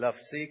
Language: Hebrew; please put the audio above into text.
להפסיק